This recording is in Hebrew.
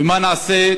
ומה נעשה,